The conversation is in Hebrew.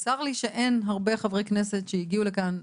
צר לי שאין הרבה חברי כנסת שהגיעו לכאן,